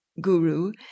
guru